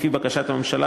לפי בקשת הממשלה,